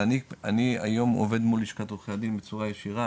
אבל אני היום עובד מול לשכת עורכי הדין בצורה ישירה,